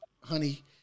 Honey